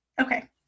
Okay